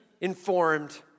informed